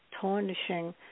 tarnishing